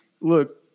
look